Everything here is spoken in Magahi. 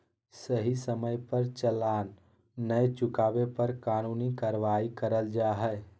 सही समय पर चालान नय चुकावे पर कानूनी कार्यवाही करल जा हय